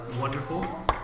wonderful